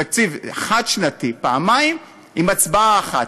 תקציב חד-שנתי פעמיים, עם הצבעה אחת.